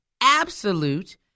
absolute